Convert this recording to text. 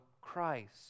Christ